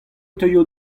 teuio